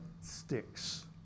sticks